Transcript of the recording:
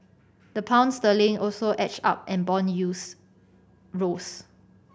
the pound sterling also edged up and bond yields rose